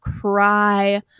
cry